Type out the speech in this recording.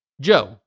Joe